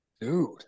Dude